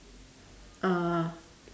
uh